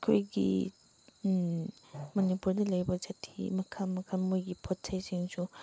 ꯑꯩꯈꯣꯏꯒꯤ ꯃꯅꯤꯄꯨꯔꯗ ꯂꯩꯕ ꯖꯥꯇꯤ ꯃꯈꯜ ꯃꯈꯜ ꯃꯣꯏꯒꯤ ꯄꯣꯠ ꯆꯩꯁꯤꯡꯁꯨ